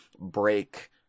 break